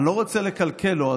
אני לא רוצה לקלקל לו.